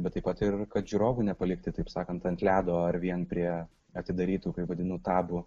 bet taip pat ir kad žiūrovų nepalikti taip sakant ant ledo ar vien prie atidarytų kaip vadinu tabų